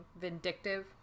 vindictive